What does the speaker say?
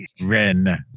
Ren